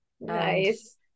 Nice